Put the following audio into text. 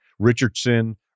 Richardson